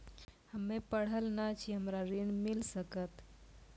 हम्मे पढ़ल न छी हमरा ऋण मिल सकत?